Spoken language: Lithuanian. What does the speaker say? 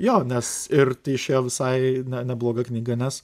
jo nes ir išėjo visai nebloga knyga nes